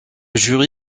jury